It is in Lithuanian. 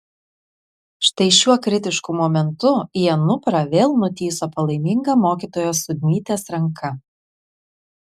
štai šiuo kritišku momentu į anuprą vėl nutįso palaiminga mokytojos sudnytės ranka